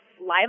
live